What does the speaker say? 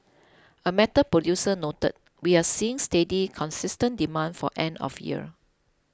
a metal producer noted we are seeing steady consistent demand for end of year